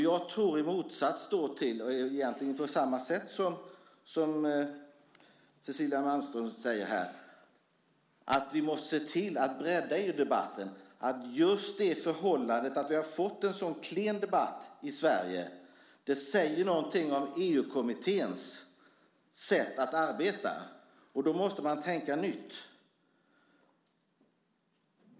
Jag tror på samma sätt som Cecilia Malmström att vi måste se till att bredda EU-debatten. Just det förhållandet att vi har fått en sådan klen debatt i Sverige säger någonting om EU-kommitténs sätt att arbeta. Då måste man tänka nytt.